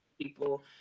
people